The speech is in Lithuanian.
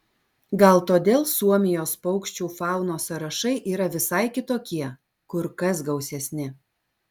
gal todėl suomijos paukščių faunos sąrašai yra visai kitokie kur kas gausesni